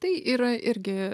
tai yra irgi